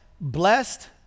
blessed